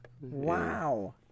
Wow